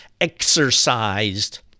exercised